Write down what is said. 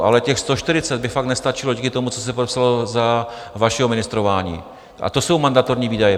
Ale těch 140 by fakt nestačilo díky tomu, co se podepsalo za vašeho ministrování, a to jsou mandatorní výdaje.